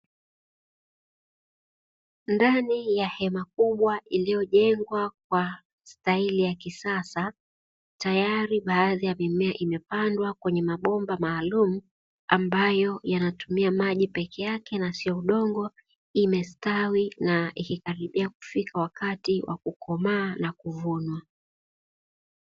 Ndani ya hema kubwa iliyojengwa kwa staili ya kisasa tayari baadhi ya mimea imepandwa kwenye mabomba maalumu ambayo yanatumia maji peke yake na sio udongo imestawi na imekaribia kufika wakati wa kukomaa na kuvunwa.